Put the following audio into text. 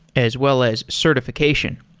as well as certification.